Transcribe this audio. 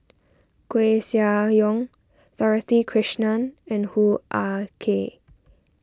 Koeh Sia Yong Dorothy Krishnan and Hoo Ah Kay